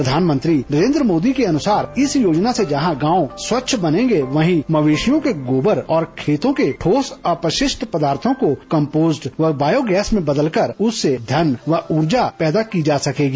प्रधानमंत्री नरेन्द्र मोदी के अनुसार इस योजना से जहां गांव स्वच्छ बनेंगे वहीं मवेशियों के गोबर और खेतों के ठोस अपशिष्ट पदार्थों को कम्पोस्ट व बायोगैस में बदलकर उससे धन व उर्जा पैदा की जा सकेगी